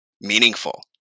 meaningful